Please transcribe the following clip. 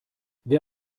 wer